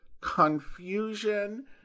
confusion